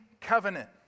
covenant